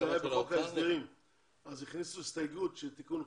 אולי זה היה בחוק ההסדרים אז הכניסו הסתייגות של תיקון חוק.